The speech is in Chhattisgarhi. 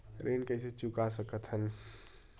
ऋण कइसे चुका सकत हन?